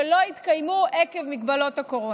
שלא התקיימו עקב מגבלות הקורונה.